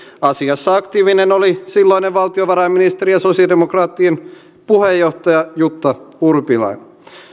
asiassa aktiivinen oli silloinen valtiovarainministeri ja sosiaalidemokraattien puheenjohtaja jutta urpilainen